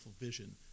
vision